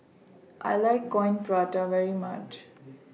I like Coin Prata very much